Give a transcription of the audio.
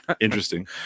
interesting